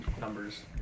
numbers